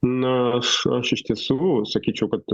na aš iš tiesų sakyčiau kad